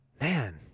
Man